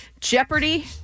Jeopardy